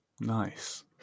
Nice